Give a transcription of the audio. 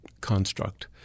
construct